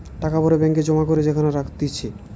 টাকা ভরে ব্যাঙ্ক এ জমা করে যেখানে রাখতিছে